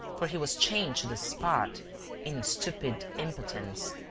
for he was chained to the spot in stupid impotence.